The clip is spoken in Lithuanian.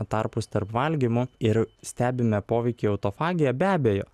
tarpus tarp valgymų ir stebime poveikį į autofagiją be abejo